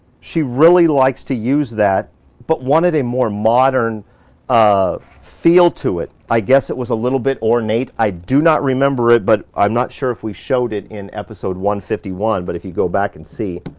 she really likes to use that but wanted a more modern um feel to it. i guess it was a little bit ornate. i do not remember it, but i'm not sure if we showed it in episode one hundred and fifty one but if you go back and see.